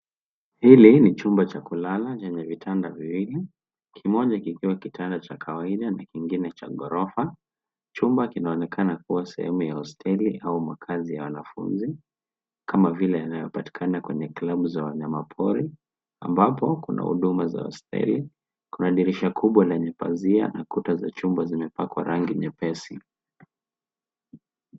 Hili ni chumba cha kulala lenye vitanda viwili, kimoja kikiwa kitanda cha kawaida na kingine cha ghorofa. Chumba kinaonekana kuwa sehemu ya hosteli au makaazi ya wanafunzi kama vile yanayopatikana kwenye klabu za wanyamapori ambapo kuna huduma za hosteli. Kuna dirisha kubwa lenye pazia na kuta za chumba zimepakwa rangi nyepesi.